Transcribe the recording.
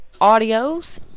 audios